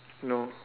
no